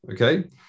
Okay